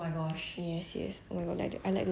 what about did you watch the escape room